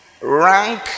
rank